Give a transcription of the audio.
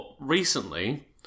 recently